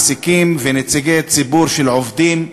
מעסיקים ונציגי ציבור של עובדים.